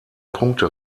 punkte